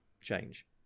change